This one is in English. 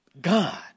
God